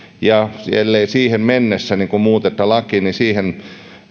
ja ellei siihen mennessä muuteta lakia niin siihen